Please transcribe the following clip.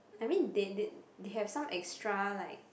I mean they they had some extra like